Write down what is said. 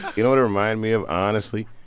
you know what it remind me of, honestly?